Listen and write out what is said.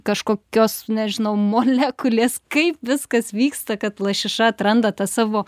kažkokios nežinau molekulės kaip viskas vyksta kad lašiša atranda tą savo